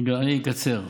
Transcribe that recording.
אני אקצר,